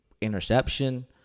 interception